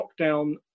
lockdown